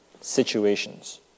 situations